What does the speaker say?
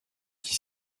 qui